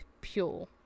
pure